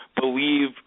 believe